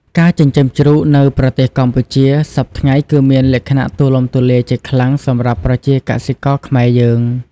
ការចិញ្ចឹមជ្រូកនៅប្រទេសកម្ពុជា សព្វថ្ងៃគឺមានលក្ខណៈទូលំទូលាយជាខ្លាំងសម្រាប់ប្រជាកសិករខ្មែរយើង។